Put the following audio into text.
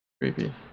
Creepy